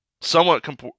somewhat